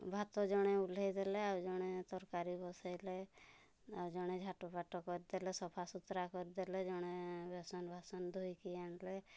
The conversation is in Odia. ଭାତ ଜଣେ ଉହ୍ଲେଇ ଦେଲେ ଆଉ ଜଣେ ତରକାରୀ ବସେଇଲେ ଆଉ ଜଣେ ଝାଟୁଫାଟୁ କରିଦେଲେ ସଫାସୁତୁରା କରିଦେଲେ ଜଣେ ବାସନଫାସନ ଧୁଇକି ଆଣିଲେ